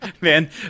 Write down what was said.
man